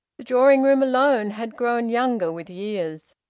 the drawing-room alone had grown younger with years.